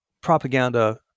propaganda